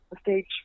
stage